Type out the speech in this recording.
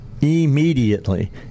Immediately